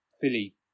Billy